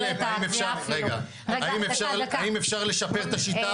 את הקריאה אפילו -- האם אפשר לשפר את השיטה?